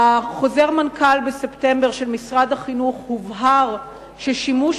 בחוזר מנכ"ל משרד החינוך מספטמבר הובהר ששימוש